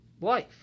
life